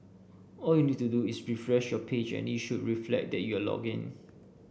all you need to do is refresh your page and it should reflect that you are logged in